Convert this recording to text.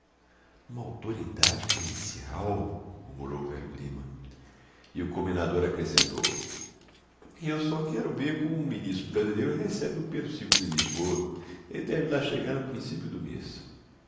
uma autoridade policial murmurou o velho lima e o comendador acrescentou eu só quero ver como o ministro brasileiro recebe o pedro ii em lisboa ele deve lá chegar no princípio do mês